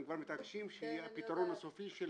הם כבר מתעקשים שיהיה הפתרון הסופי של